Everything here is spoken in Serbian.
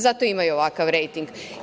Zato imaju ovakav rejting.